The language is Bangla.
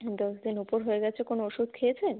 হুম দশ দিন উপর হয়ে গেছে কোনও ওষুধ খেয়েছেন